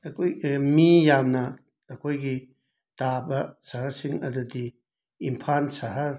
ꯑꯩꯈꯣꯏ ꯃꯤ ꯌꯥꯝꯅ ꯑꯩꯈꯣꯏꯒꯤ ꯇꯥꯕ ꯁꯍꯔꯁꯤꯡ ꯑꯗꯨꯗꯤ ꯏꯝꯐꯥꯜ ꯁꯍꯔ